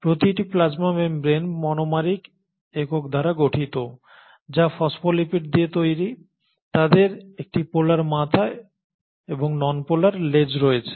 প্রতিটি plasma membrane monomeric একক দ্বারা গঠিত যা ফসফোলিপিড দিয়ে তৈরি তাদের একটি পোলার মাথা এবং নন পোলার লেজ রয়েছে